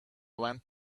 went